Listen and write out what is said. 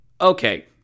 Okay